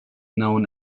known